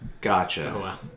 Gotcha